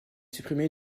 supprimée